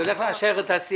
אני הולך לאשר את ה-CRS.